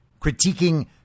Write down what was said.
critiquing